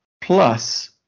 plus